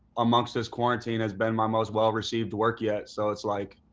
amongst this quarantine has been my most well-received work yet, so it's like,